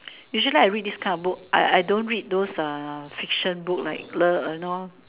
usually I read this kind of book I I don't read those uh fiction book like love and all